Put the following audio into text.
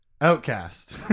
Outcast